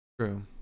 True